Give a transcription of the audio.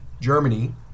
Germany